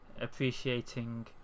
appreciating